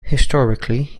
historically